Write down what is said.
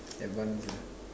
advanced ah